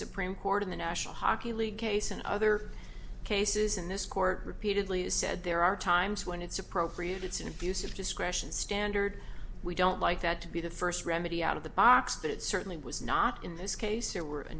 supreme court in the national hockey league case in other cases in this court repeatedly has said there are times when it's appropriate it's an abuse of discretion standard we don't like that to be the first remedy out of the box but it certainly was not in this case there were a